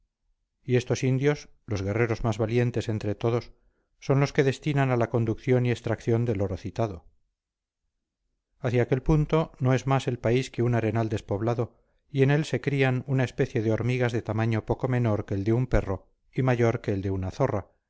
y estos indios los guerreros más valientes entre todos son los que destinan a la conducción y extracción del oro citado hacia aquel punto no es más el país que un arenal despoblado y en él se crían una especie de hormigas de tamaño poco menor que el de un perro y mayor que el de una zorra